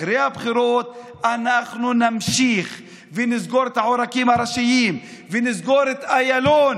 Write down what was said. אחרי הבחירות אנחנו נמשיך ונסגור את העורקים הראשיים ונסגור את איילון.